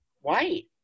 White